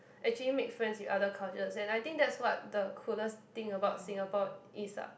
actually make friends with other cultures and I think that's what the coolest thing about Singapore is ah